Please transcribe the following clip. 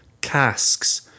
casks